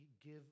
give